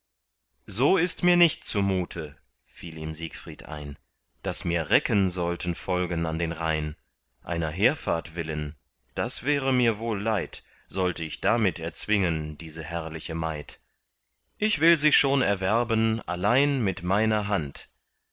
so ist mir nicht zumute fiel ihm siegfried ein daß mir recken sollten folgen an den rhein einer heerfahrt willen das wäre mir wohl leid sollt ich damit erzwingen diese herrliche maid ich will sie schon erwerben allein mit meiner hand